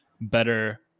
better